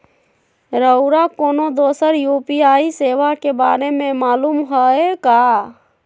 रउरा कोनो दोसर यू.पी.आई सेवा के बारे मे मालुम हए का?